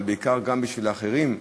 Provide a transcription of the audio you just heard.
אבל בעיקר גם בשביל האחרים,